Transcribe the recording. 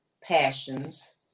passions